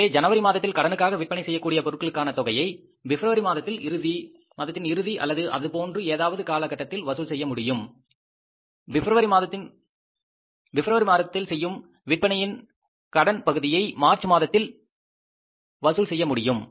எனவே ஜனவரி மாதத்தில் கடனுக்காக விற்பனை செய்யக்கூடிய பொருட்களுக்கான தொகையை பிப்ரவரி மாதத்தின் இறுதி அல்லது அது போன்று ஏதாவது காலகட்டத்தில் வசூல் செய்ய முடியும் பிப்ரவரி மாதத்தில் செய்யும் விற்பனையின் கடன் பகுதியை மார்ச் மாதத்தில் வசூல் செய்ய முடியும்